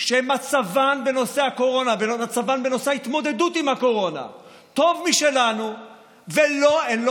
שמצבן בנושא הקורונה ומצבן בנושא ההתמודדות עם הקורונה טוב משלנו והן לא